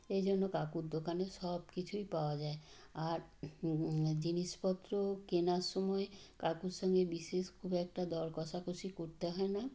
এজন্য কাকুর দোকানে সব কিছুই পাওয়া যায় আর জিনিসপত্র কেনার সময় কাকুর সঙ্গে বিশেষ খুব একটা দর কষাকষি করতে হয় না